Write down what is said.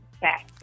back